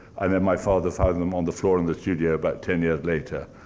and then my father found and them on the floor in the studio about ten years later.